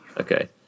Okay